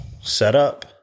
setup